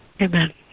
Amen